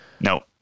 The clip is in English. No